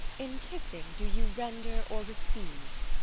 in kissing, do you render or receive?